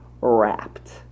wrapped